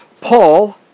Paul